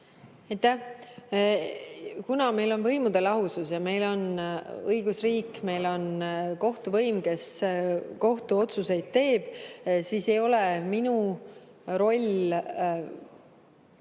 kuna meil on võimude lahusus ja meil on õigusriik, meil on kohtuvõim, kes kohtuotsuseid teeb, siis ei ole minu roll